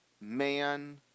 man